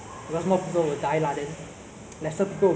I know right now I feel very hot